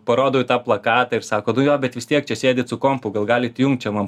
parodau į tą plakatą ir sako nu jo bet vis tiek čia sėdit su kompu gal galit įjunkt čia man